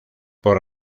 por